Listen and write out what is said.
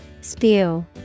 Spew